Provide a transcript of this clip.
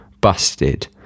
Busted